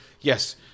yes